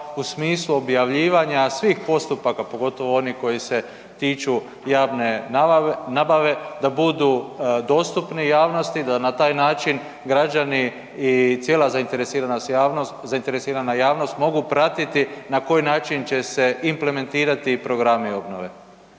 u smislu objavljivanja svih postupaka, pogotovo oni koji se tiču javne nabave, da budu dostupni javnosti, da na taj način građani i cijela zainteresirana javnost mogu pratiti na koji način će se implementirati programi obnove.